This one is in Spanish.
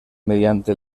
mediante